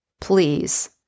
please